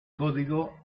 código